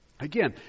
Again